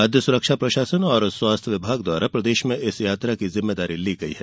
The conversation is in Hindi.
खाद्य सुरक्षा प्रशासन और स्वास्थ्य विभाग द्वारा प्रदेश में इस यात्रा की जिम्मेदारी ली गई है